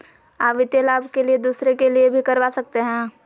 आ वित्तीय लाभ के लिए दूसरे के लिए भी करवा सकते हैं?